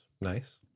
nice